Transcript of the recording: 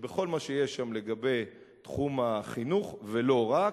שבכל מה שיש שם לגבי תחום החינוך, ולא רק,